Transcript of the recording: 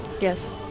Yes